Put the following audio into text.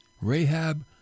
Rahab